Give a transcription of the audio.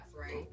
right